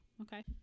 okay